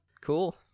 Cool